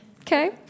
Okay